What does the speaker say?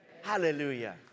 Hallelujah